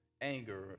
anger